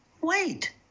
wait